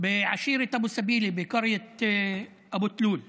בשבט אבו סבילה בכפר אבו תלול בנגב.